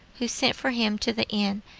who sent for him to the inn,